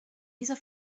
dieser